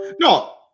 No